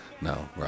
No